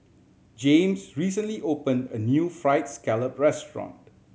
James recently opened a new Fried Scallop restaurant